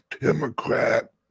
Democrat